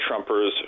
Trumpers